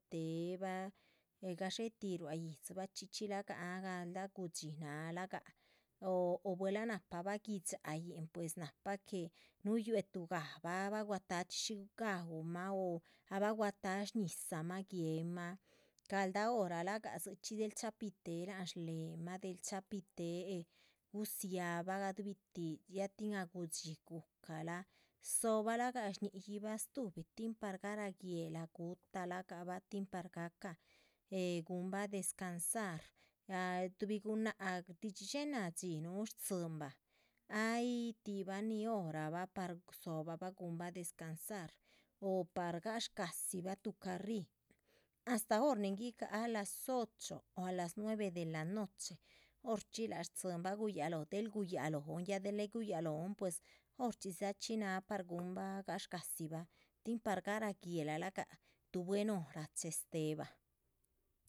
Téhebah gadxétih yíhdzibah chxí chxí láha galdah gudxí náhala gah oh oh buelah nahpabah gui´dxayin pues nahpa que nuyuetu gabah ah bah guata´chxi shí gaúmah. ahbah guatáha shñíhizamah guéhemah, galdah hora ga dzichxí déhel chapitéhe láhan shléhemah del cháhapi téhe gudziábah gadubitih, ya tin ah gudxí guhucalah dzóhobalagah. shñi´yihbah stúhubi tin para garáh guéhelah guhutalagahbah tin par gahcah eh guhunbah descansar ya tuhbi gunáhc shdidxídxe náha dxí núhu stzínbah ay tihibah níhi horabah. par dzóhobah bah guhunbah descansar o par gashcadzibah tuh carríh astáh hor ni guigáha las ocho o a las nueve de la noche horchxí láha tzíhinbah guyahaloh. ahn guyahalóhon ya del ay guyahalóhon pues horchxí dza chxí náha per gúhunbah gashgadzibah tin par garáh guéhla lahgah tuh buen hora chehestébah